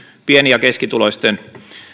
pieni ja keskituloisten